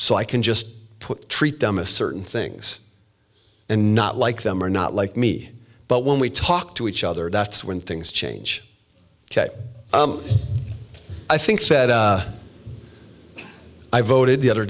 so i can just put treat them a certain things and not like them or not like me but when we talk to each other that's when things change i think said i voted the other